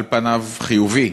על פניו חיובי,